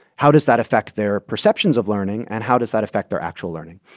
how does that affect their perceptions of learning, and how does that affect their actual learning?